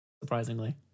Surprisingly